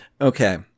Okay